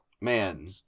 Man